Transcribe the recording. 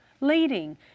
Leading